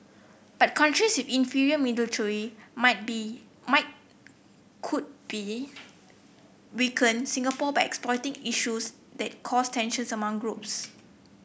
but countries inferior military might be might could be weaken Singapore by exploiting issues that cause tensions among groups